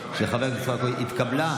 2023,